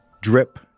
Drip